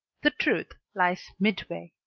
the truth lies midway.